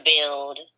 build